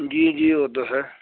جی جی وہ تو ہے